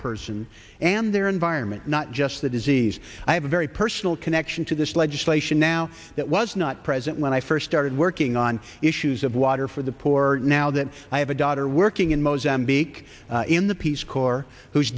person and their environment not just the disease i have a very personal connection to this legislation now that was not present when i first started working on issues of water for the poor now that i have a daughter working in mozambique in the peace corps who